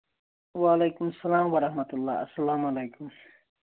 وعلیکُم سلام ورحمۃ اللہ اَسلام علیکُم